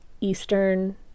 Eastern